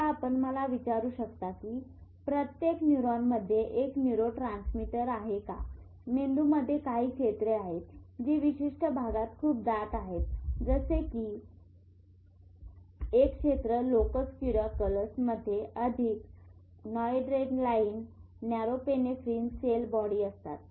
आता आपण मला विचारू शकता की प्रत्येक न्यूरॉनमध्ये एक न्यूरोट्रांसमीटर आहे का मेंदूमध्ये काही क्षेत्रे आहेत जी विशिष्ट भागात खूप दाट आहेत जसे की एक क्षेत्र लोकस कोअर्युलस मध्ये अधिक नॉरएड्रेनालाईन नॉरपेनेफ्रिन सेल बॉडी असतात